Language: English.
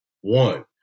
one